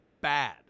bad